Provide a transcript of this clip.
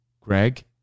Greg